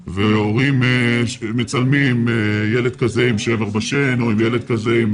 הורים מצלמים ילד כזה עם שבר בשן או ילד כזה עם